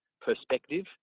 perspective